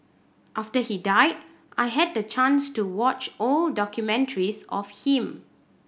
after he died I had the chance to watch old documentaries of him